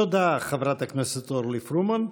תודה, חברת הכנסת אורלי פרומן.